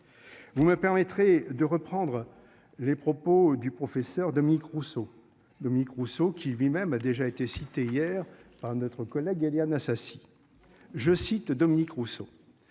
Vous me permettrez de reprendre les propos du professeur Dominique Rousseau Dominique Rousseau qui lui- même a déjà été cité hier par notre collègue Éliane Assassi. Je cite Dominique Rousseau.